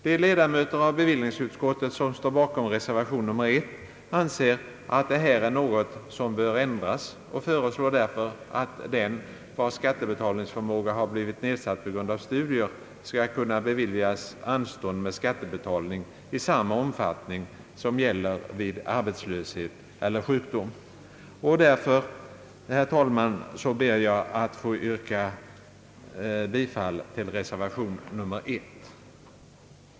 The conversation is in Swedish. De ledamöter i utskottet som står bakom reservation nr 1 anser att detta är något som bör ändras och föreslår därför att den vars skattebetalningsförmåga har blivit nedsatt på grund av studier skall kunna beviljas anstånd med skattebetalning i samma omfattning som gäller vid arbetslöshet eller sjukdom. Därför, herr talman, ber jag att få yrka bifall till reservation nr 1.